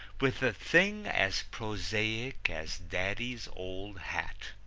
with a thing as prosaic as daddy's old hat.